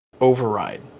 override